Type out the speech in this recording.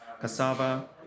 cassava